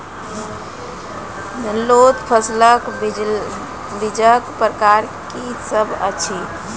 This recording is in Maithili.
लोत फसलक बीजक प्रकार की सब अछि?